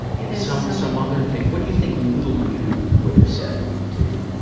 you know some some other thing. what do you think little you would have said to,